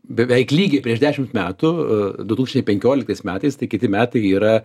beveik lygiai prieš dešimt metų du tūšniai penkioliktais metais tai kiti metai yra